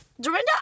Dorinda